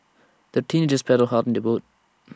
the teenagers paddled hard on their boat